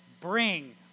Bring